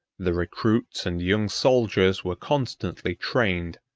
the recruits and young soldiers were constantly trained,